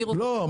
לא,